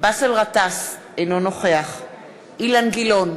באסל גטאס, אינו נוכח אילן גילאון,